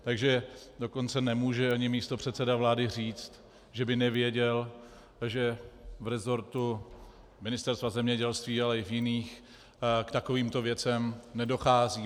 Takže dokonce nemůže ani místopředseda vlády říct, že by nevěděl, že v resortu Ministerstva zemědělství ale i v jiných k takovým věcem nedochází.